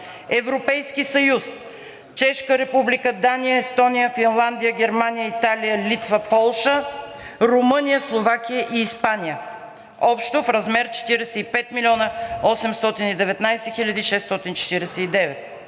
Европейски съюз – Чешка република, Дания, Естония, Финландия, Германия, Италия, Литва, Полша, Румъния, Словакия и Испания – общо в размер – 45 млн. 819 хил.